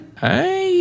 Hey